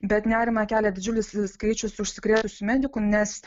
bet nerimą kelia didžiulis skaičius užsikrėtusių medikų nes